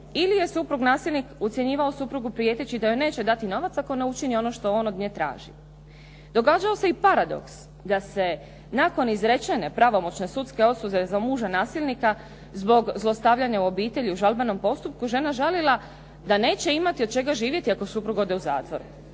Ili je suprug nasilnik ucjenjivao suprugu prijeteći da joj neće dati novac ako ne učini ono što on od nje traži. Događao se i paradoks, da se nakon izrečene pravomoćne sudske osude za muža nasilnika zbog zlostavljanja u obitelji u žalbenom postupku žena žalila da neće imati od čega živjeti ako suprug ode u zatvor,